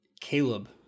Caleb